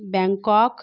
Bangkok